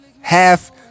half